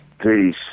Peace